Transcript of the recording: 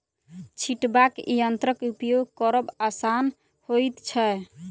छिटबाक यंत्रक उपयोग करब आसान होइत छै